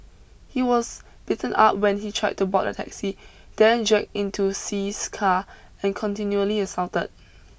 he was beaten up when he tried to board the taxi then dragged into See's car and continually assaulted